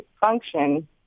function